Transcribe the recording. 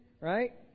Right